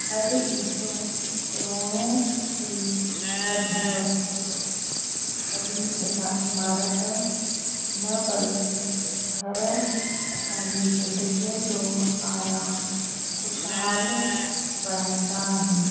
हर इटूं रोणू जी वन वॾी इमारत न बल्कि घर असांजी ज़िंदगीअ जो आरामु ख़ुशहालु बढ़ाईंदा आहिनि